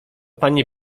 pani